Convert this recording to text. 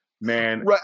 man